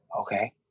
okay